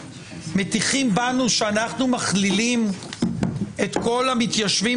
מטיחים בנו שאנחנו מכלילים את כל המתיישבים